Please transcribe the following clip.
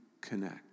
connect